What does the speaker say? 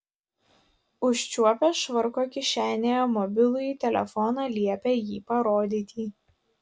užčiuopę švarko kišenėje mobilųjį telefoną liepė jį parodyti